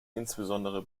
insbesondere